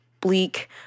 bleak